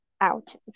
Ouch